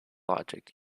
logic